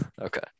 Okay